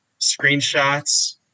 screenshots